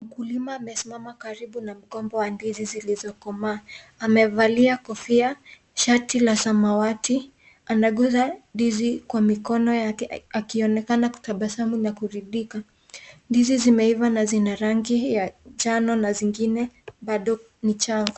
Mkulima amesimama karibu na mgomba wa ndizi zilizokomaa. Amevalia kofia, shati la samawati, anaguza ndizi kwa mikono yake akionekana kutabasamu na kuridhika. Ndizi zimeiva ama zina rangi ya njano na zingine bado ni changa.